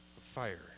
fire